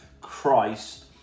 Christ